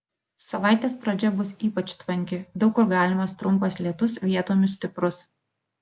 savaitės pradžia bus ypač tvanki daug kur galimas trumpas lietus vietomis stiprus